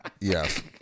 Yes